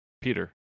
Peter